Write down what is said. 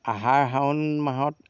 আহাৰ শাওণ মাহত